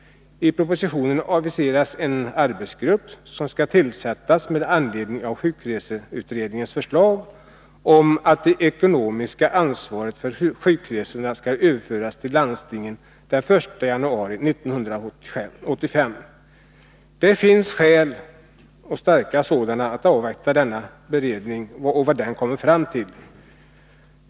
I propositionen aviseras en arbetsgrupp som skall tillsättas med anledning av sjukreseutredningens förslag om att det ekonomiska ansvaret för sjukresorna skall överföras till landstingen den 1 januari 1985. Det finns starka skäl att avvakta vad denna beredning kommer fram till.